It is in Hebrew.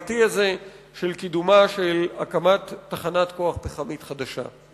והבעייתי הזה של קידומה של הקמת תחנת כוח פחמית חדשה.